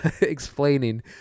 Explaining